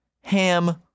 ham